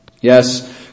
Yes